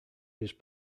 his